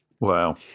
Wow